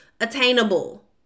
attainable